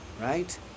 right